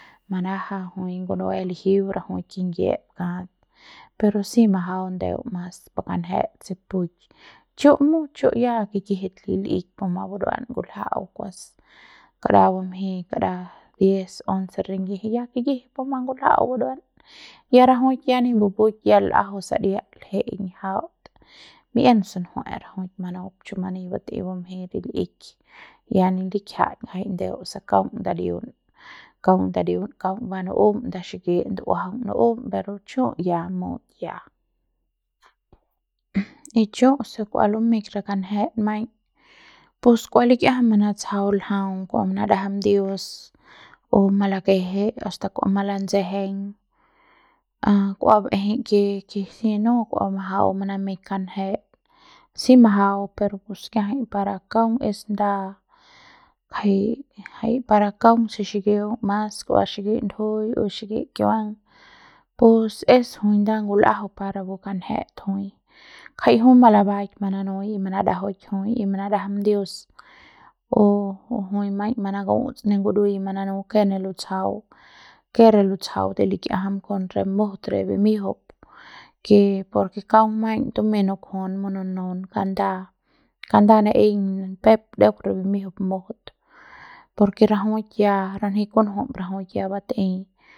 mana'ja jui ngunue lijiu rajuik kingiep kat pero si majau ndeu mas pu kanjet se pu'uik chu mut chu ya kikjit li l'ik puma buruan ngulja'au kuas kara bumjeiñ kara diez, once ringiji ya kikiji puma ngulja'au buruan ya rajuik ya ni bupuik ya l'ajau saria lje'eiñ jaut bien sunjue'e rajuik manup chumani batei bumjeiñ re l'ik ya ni likjiat se ndeu mas kaung ndadiun kaung ndadiun kaung ba nu'um nda xiki ndu'uajaun nu'um pero chu ya mut ya y chu se kua lumeiñ re kanjet maiñ pus kua likijama manatsjau ljau kua manadam dios o malakeje hasta kua mabatsjeng a kua ba'ejei ke ke si no kua majau kua manamei kanje si majau pero pus kiajai para kaung es nda jai jai para kaung de xikiung mas kua xiki ndujuiñ o xiki kiuang pus es jui nda ngul'ajau para rapu kanjet jui jai jui malabaik mananui manadajuik jui y mandajam dios o jui maiñ manaku'uts ne ngurui mananu ke ne lutsjau kere lutsjau de likiajam kon re mujut re bimiujup ke por ke kaung maiñ tumeiñ nukjun mununun kanda, kanda na'ei ni pep deuk re bimiujup mujut por ke rajuik ya ya ranji kunjut rajuik ya bat'ei.